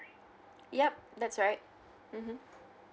yup that's right mmhmm